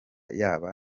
yaba